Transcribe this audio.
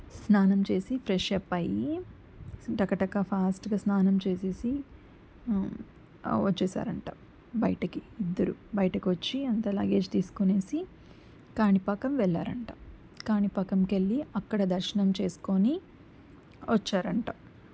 స్నానం చేసి ఫ్రెషప్ అయ్యి టకటకా ఫాస్ట్గా స్నానం చేసేసి వచ్చేసారంట బయటకి ఇద్దరు బయటకొచ్చి అంతా లగేజ్ తీసుకొనేసి కాణిపాకం వెళ్ళారంట కాణిపాకంకెళ్ళి అక్కడ దర్శనం చేసుకోని వచ్చారంట